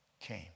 came